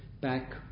back